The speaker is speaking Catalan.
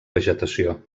vegetació